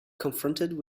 confronted